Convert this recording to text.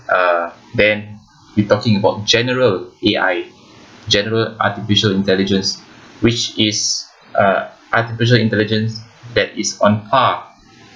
uh then we talking about general A_I general artificial intelligence which is uh artificial intelligence that is on par